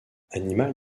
animal